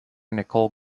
nicole